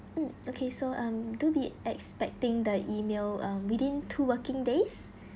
mm okay so um to be expecting the email um within two working days